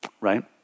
right